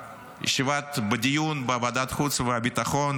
בדיון בוועדת החוץ והביטחון,